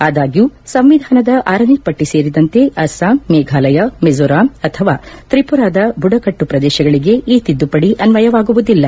ಆದಾಗ್ಯೂ ಸಂವಿಧಾನದ ಆರನೇ ಪಟ್ಟ ಸೇರಿದಂತೆ ಅಸ್ಲಾಂ ಮೇಘಾಲಯ ಮಿಜೋರಾಂ ಅಥವಾ ತ್ರಿಪುರದ ಬುಡಕಟ್ಟು ಪ್ರದೇಶಗಳಗೆ ಈ ತಿದ್ದುಪಡಿ ಅನ್ವಯವಾಗುವುದಿಲ್ಲ